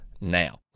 now